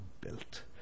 built